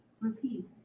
repeat